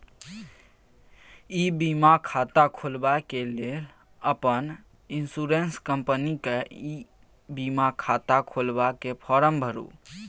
इ बीमा खाता खोलबाक लेल अपन इन्स्योरेन्स कंपनीक ई बीमा खाता खोलबाक फार्म भरु